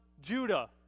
Judah